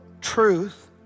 truth